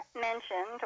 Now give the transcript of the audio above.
mentioned